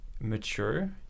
mature